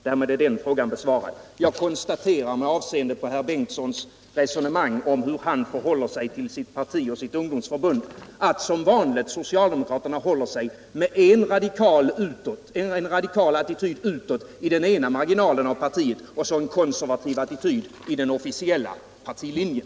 Därmed är den frågan besvarad. Med avseende på det resonemang som herr Bengtsson i Landskrona förde om hur han förhåller sig till sitt parti och sitt ungdomsförbund konstaterar jag att socialdemokraterna som vanligt håller sig med en radikal attityd utåt i den ena marginalen av partiet och en konservativ i den officiella partilinjen.